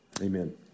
amen